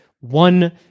one